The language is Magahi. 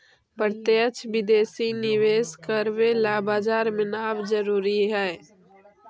प्रत्यक्ष विदेशी निवेश करवे ला बाजार में नाम जरूरी है